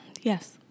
Yes